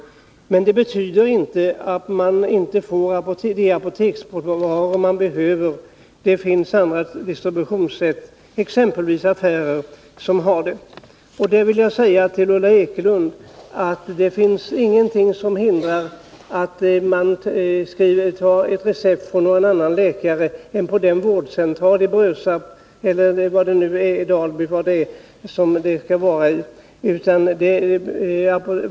Men det betyder inte att man inte får de apoteksvaror man behöver. Det finns andra distributionssätt, exempelvis via affärer. Jag vill säga till Ulla Ekelund att det inte finns någonting som hindrar att man går till ett apotek med ett recept från någon annan läkare än den vid vårdcentralen i Brösarp, i Dalarö eller vilken ort det nu är fråga om.